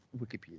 Wikipedia